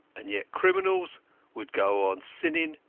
and yet criminals would go on sinning,